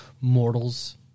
mortals